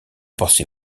pensez